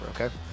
okay